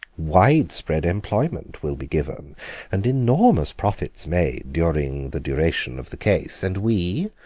widespread employment will be given and enormous profits made during the duration of the case, and we,